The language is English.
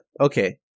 Okay